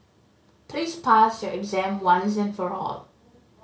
please pass your exam once and for all